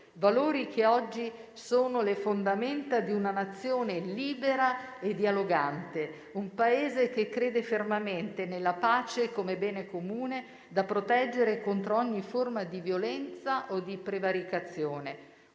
valori che oggi sono le fondamenta di una Nazione libera e dialogante. Un Paese che crede fermamente nella pace come bene comune da proteggere contro ogni forma di violenza o di prevaricazione;